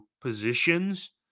positions